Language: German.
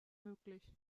möglich